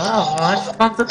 טיקטוק עובדת בישראל.